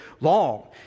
long